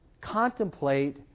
Contemplate